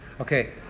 okay